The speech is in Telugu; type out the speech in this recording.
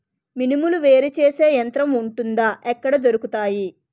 మినుములు వేరు చేసే యంత్రం వుంటుందా? ఎక్కడ దొరుకుతాయి?